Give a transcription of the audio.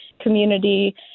community